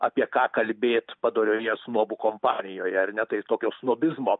apie ką kalbėt padorioje snobų kompanijoje ar ne tai tokio snobizmo